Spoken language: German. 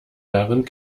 darin